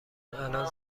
الان